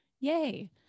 Yay